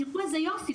תראו איזה יופי,